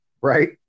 Right